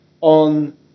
on